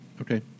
Okay